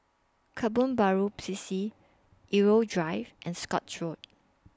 Kebun Baru C C Irau Drive and Scotts Road